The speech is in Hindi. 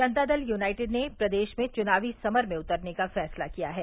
जनता दल यूनाइटेड ने प्रदेश में चुनाव समर में उतरने का फैसला किया है